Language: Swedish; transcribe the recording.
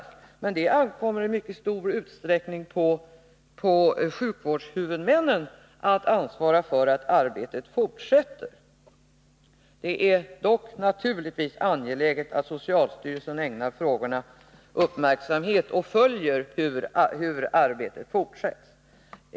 Det ankommer emellertid i mycket stor utsträckning på sjukvårdshuvudmännen att ansvara för att så sker. Det är dock naturligtvis angeläget att socialstyrelsen ägnar frågorna uppmärksamhet och följer hur arbetet fortsätts.